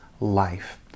life